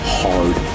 hard